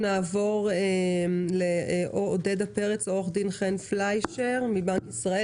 נעבור לעודדה פרץ מבנק ישראל.